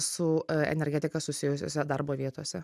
su energetika susijusiose darbo vietose